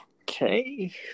Okay